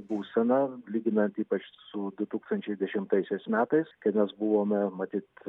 būsena lyginant ypač su du tūkstančiai dešimtaisiais metais kai mes buvome matyt